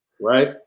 Right